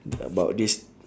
about this